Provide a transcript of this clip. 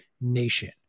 nation